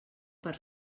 per